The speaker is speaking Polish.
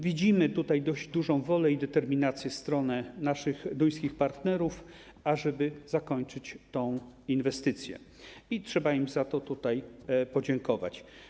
Widzimy tutaj dość dużą wolę i determinację ze strony naszych duńskich partnerów, ażeby zakończyć tę inwestycję, i trzeba im za to podziękować.